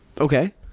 Okay